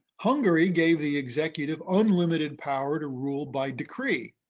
hungary gave the executive unlimited power to rule by decree.